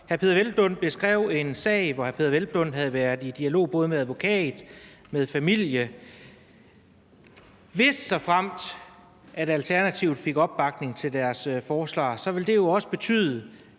Hr. Peder Hvelplund beskrev en sag, hvor hr. Peder Hvelplund havde været i dialog både med advokat og med familie. Hvis og såfremt Alternativet fik opbakning til deres forslag, ville det jo også betyde,